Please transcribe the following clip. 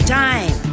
time